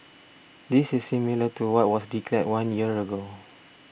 this is similar to what was declared one year ago